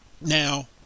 now